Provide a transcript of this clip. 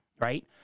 Right